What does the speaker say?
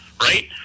right